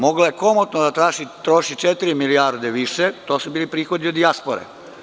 Mogla je komotno da troši četiri milijarde više, to su bili prihodi od dijaspore.